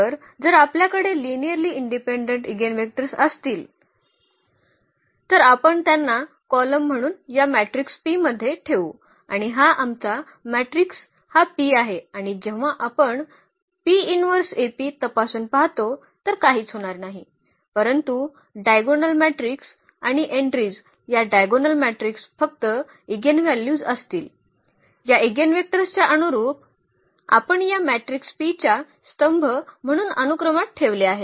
तर जर आपल्याकडे लिनिअर्ली इंडिपेंडेंट इगेनवेक्टर्स असतील तर आपण त्यांना कॉलम म्हणून या मॅट्रिक्स P मध्ये ठेवू आणि हा आमचा मॅट्रिक्स हा P आहे आणि जेव्हा आपण तपासून पाहतो तर काहीच होणार नाही परंतु डायगोनल मॅट्रिक्स आणि एन्ट्रीज या डायगोनल मॅट्रिक्स फक्त इगेनव्ह्ल्यूज असतील या इगेनवेक्टर्स च्या अनुरुप आपण या मॅट्रिक्स P च्या स्तंभ म्हणून अनुक्रमात ठेवले आहेत